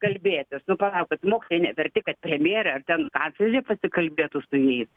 kalbėtis nu palaukit mokytojai neverti kad premjerė ar ten kanclerė pasikalbėtų su jais